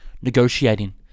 Negotiating